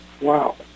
Wow